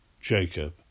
Jacob